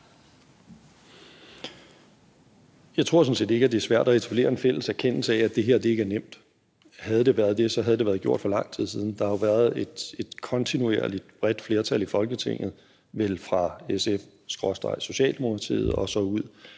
Jeg tror sådan set ikke, at det er svært at etablere en fælles erkendelse af, at det her ikke er nemt. Havde det været det, havde det været gjort for lang tid siden. Der har jo været et kontinuerligt bredt flertal i Folketinget – vel fra SF/Socialdemokratiet og så ud